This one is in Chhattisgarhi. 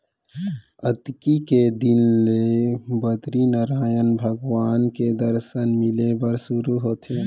अक्ती के दिन ले बदरीनरायन भगवान के दरसन मिले बर सुरू होथे